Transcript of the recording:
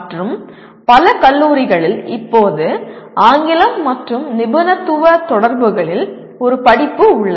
மற்றும் பல கல்லூரிகளில் இப்போது ஆங்கிலம் மற்றும் நிபுணத்துவ தொடர்புகளில் ஒரு படிப்பு உள்ளது